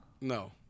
no